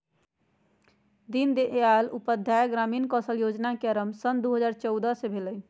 दीनदयाल उपाध्याय ग्रामीण कौशल जोजना के आरम्भ सन दू हज़ार चउदअ से भेलइ